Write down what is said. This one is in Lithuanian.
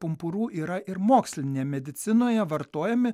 pumpurų yra ir mokslinėje medicinoje vartojami